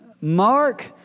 Mark